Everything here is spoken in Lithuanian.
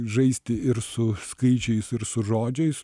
žaisti ir su skaičiais ir su žodžiais